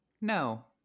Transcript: no